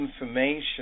information